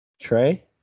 Trey